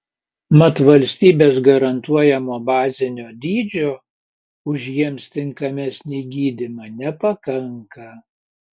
mat valstybės garantuojamo bazinio dydžio už jiems tinkamesnį gydymą nepakanka